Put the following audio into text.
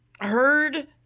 heard